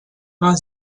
war